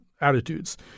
attitudes